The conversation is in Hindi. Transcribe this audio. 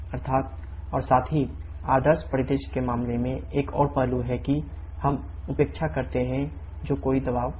P2P1P4P3 और साथ ही आदर्श परिदृश्य के मामले में एक और पहलू है कि हम उपेक्षा करते हैं जो कोई दबाव नहीं है